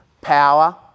Power